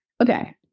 Okay